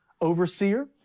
overseer